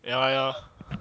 ya ya